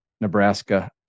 Nebraska